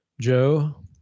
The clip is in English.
Joe